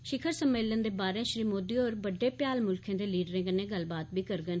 शिखर सम्मेलन दे बाहरें श्री मोदी होर बड्डे भ्याल मुल्खें दे लीडरें कन्नै गल्लबात बी करङन